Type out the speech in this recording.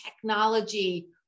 technology